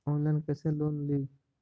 Online कैसे loan ली?